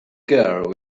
girl